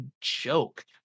joke